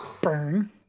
burn